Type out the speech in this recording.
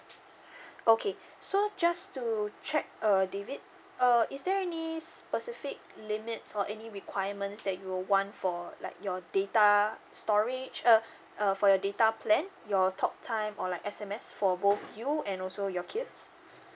okay so just to check uh david uh is there any specific limits or any requirements that you'll want for like your data storage uh uh for your data plan your talk time or like S_M_S for both you and also your kids